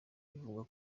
bivugwa